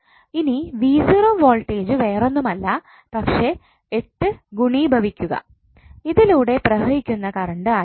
ഇനി വോൾടേജ് വേറൊന്നുമല്ല പക്ഷെ 8 ഗുണീഭവികുക ഇതിലൂടെ പ്രവഹിക്കുന്ന കറണ്ട് ആയിട്ട്